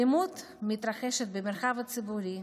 אלימות מתרחשת במרחב הציבורי,